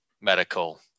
medical